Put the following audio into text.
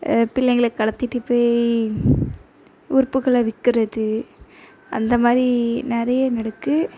பிள்ளைங்களை கடத்திட்டு போய் உறுப்புகளை விற்குறது அந்த மாதிரி நிறைய நடக்குது